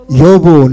yobu